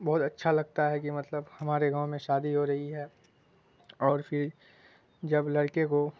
بہت اچھا لگتا ہے کہ مطلب ہمارے گاؤں میں شادی ہو رہی ہے اور فھر جب لڑکے کو